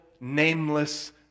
nameless